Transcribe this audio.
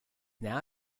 now